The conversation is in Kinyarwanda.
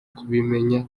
kubimenya